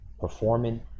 performing